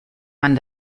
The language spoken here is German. man